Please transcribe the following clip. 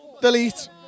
delete